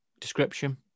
description